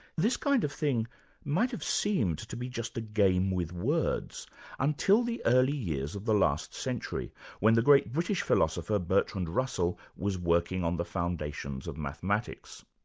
this kind of thing might have seemed to be just a game with words until the early years of the last century when the great british philosopher bertrand russell was working on the foundations of mathematics.